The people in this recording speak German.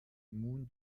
moon